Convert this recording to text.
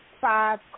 five